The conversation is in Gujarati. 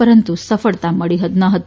પરંતુ સફળતા મળી નથી